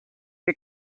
què